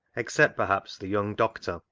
except perhaps the young doctor,